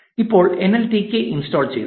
ഇപ്പോൾ NLTK install ചെയ്തു